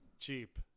cheap